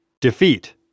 Defeat